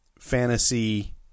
fantasy